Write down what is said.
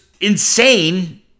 insane